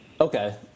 Okay